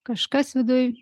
kažkas viduj